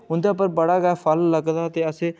उं'दे पर बड़ा गै फल लगदा ते अस